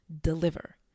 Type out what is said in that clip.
deliver